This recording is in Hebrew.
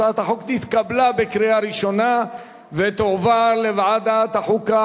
הצעת החוק נתקבלה בקריאה ראשונה ותועבר לוועדת החוקה,